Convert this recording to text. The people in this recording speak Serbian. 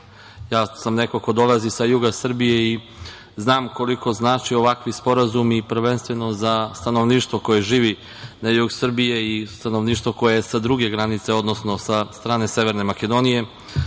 ja sam neko ko dolazi sa juga Srbije i znam koliko znače ovakvi sporazumi, prvenstveno za stanovništvo koje živi na jugu Srbije i stanovništvo koje je sa druge strane granice, odnosno sa strane Severne Makedonije. Hoću